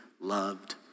loved